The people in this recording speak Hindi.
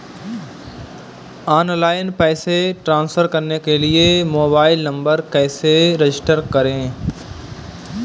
ऑनलाइन पैसे ट्रांसफर करने के लिए मोबाइल नंबर कैसे रजिस्टर करें?